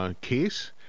case